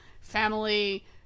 family